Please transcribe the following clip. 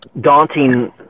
daunting